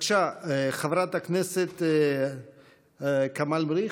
חברת הכנסת כמאל מריח,